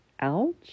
ouch